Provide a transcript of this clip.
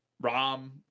Rom